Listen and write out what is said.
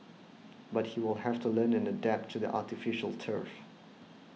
but he will have to learn an adapt to the artificial turf